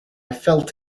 felt